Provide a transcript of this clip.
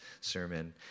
sermon